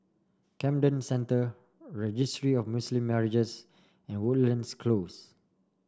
Camden Centre Registry of Muslim Marriages and Woodlands Close